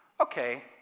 Okay